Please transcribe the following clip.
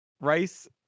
Rice